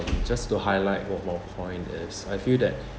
just to highlight one more point is I feel that